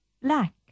Black